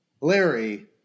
Larry